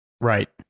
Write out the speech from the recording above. Right